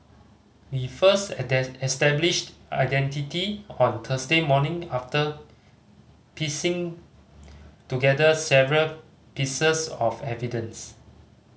we first established identity on Thursday morning after piecing together several pieces of evidence